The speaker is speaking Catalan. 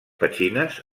petxines